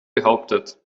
behauptet